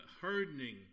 hardening